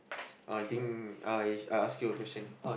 oh I think I ask you a question